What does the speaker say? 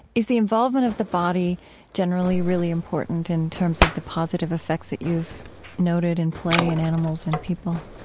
is the involvement of the body generally really important in terms of the positive effects that you've noted in play in animals and people?